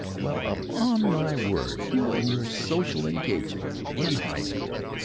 well, upon my word! you and your social engagements! in high school!